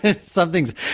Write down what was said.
something's